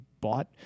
bought